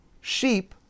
sheep